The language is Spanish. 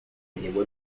llevo